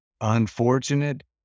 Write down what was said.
unfortunate